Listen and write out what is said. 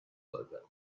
open